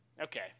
Okay